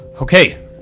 Okay